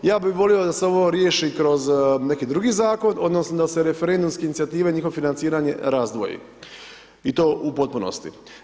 Ja bi volio da se ovo riješi kroz neki drugi Zakon odnosno da se referendumske inicijative njihovo financiranje razdvoji i to u potpunosti.